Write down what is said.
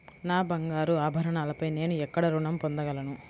నా బంగారు ఆభరణాలపై నేను ఎక్కడ రుణం పొందగలను?